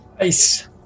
Nice